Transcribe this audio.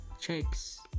checks